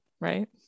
right